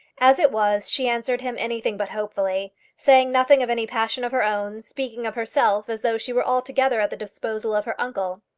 as it was she answered him anything but hopefully, saying nothing of any passion of her own, speaking of herself as though she were altogether at the disposal of her uncle.